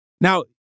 Now